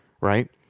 Right